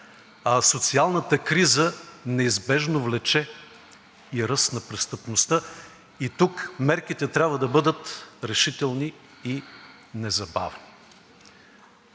социалната криза неизбежно влече и ръст на престъпността и тук мерките трябва да бъдат решителни и незабавни.